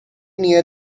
near